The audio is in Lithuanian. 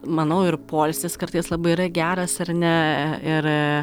manau ir poilsis kartais labai yra geras ar ne ir